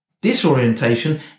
disorientation